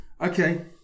Okay